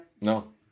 No